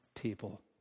people